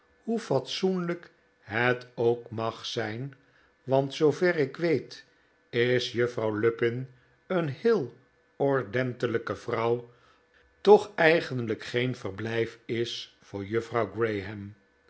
hoe fatsoenlijk net ook mag zijn want zoover ik weet is juffrouw lupin een heel ordentelijke vrouw toch eigenlijk geen verblijf is voor juffrouw